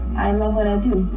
i love what i do,